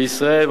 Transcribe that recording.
בישראל,